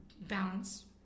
balance